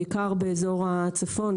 בעיקר באזור הצפון,